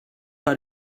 pas